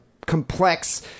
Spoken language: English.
complex